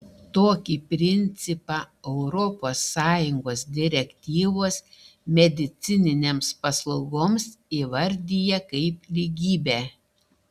tokį principą europos sąjungos direktyvos medicininėms paslaugoms įvardija kaip lygybę